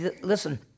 Listen